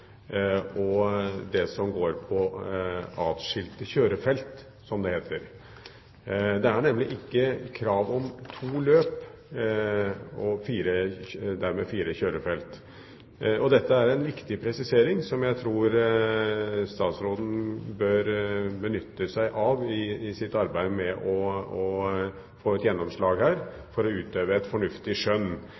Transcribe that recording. og det som går på adskilte kjørefelt, som det heter. Det er nemlig ikke krav om to løp og dermed fire kjørefelt. Dette er en viktig presisering, som jeg tror statsråden bør benytte seg av i sitt arbeid med å få gjennomslag for å utøve et fornuftig skjønn.